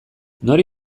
nori